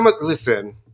Listen